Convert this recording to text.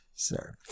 Sir